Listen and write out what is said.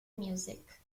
music